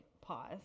pause